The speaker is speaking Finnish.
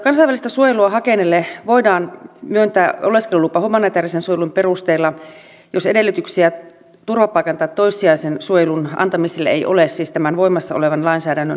kansainvälistä suojelua hakeneille voidaan myöntää oleskelulupa humanitäärisen suojelun perusteella jos edellytyksiä turvapaikan tai toissijaisen suojelun antamiselle ei ole siis tämän voimassa olevan lainsäädännön nojalla